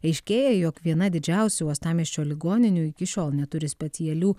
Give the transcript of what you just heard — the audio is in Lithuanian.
aiškėja jog viena didžiausių uostamiesčio ligoninių iki šiol neturi specialių